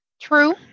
True